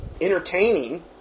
entertaining